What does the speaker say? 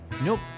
Nope